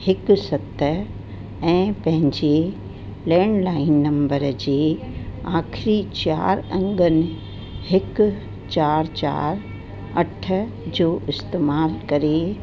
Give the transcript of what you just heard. हिकु सत ऐं पंहिंजे लैंडलाइन नंबर जी आखिरी चारि अंगनि हिकु चारि चारि अठ जो इस्तेमाल करे